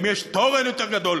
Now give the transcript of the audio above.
למי יש תורן יותר גדול,